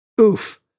oof